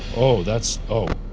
oh that's oh.